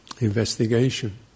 Investigation